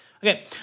Okay